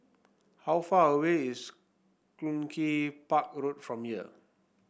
how far away is Cluny Park Road from here